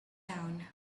down